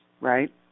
right